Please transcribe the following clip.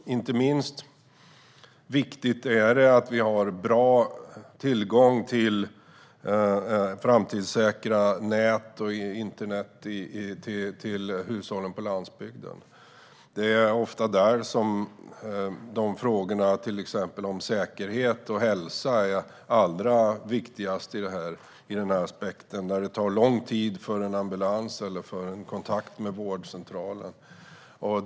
Inte minst viktigt är det att vi har bra tillgång till framtidssäkra nät och internet till hushållen på landsbygden. Det är ofta där som frågorna om säkerhet och hälsa är allra viktigast ur denna aspekt. Där tar det lång tid för en ambulans att komma eller för att man ska få kontakt med vårdcentralen.